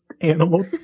animal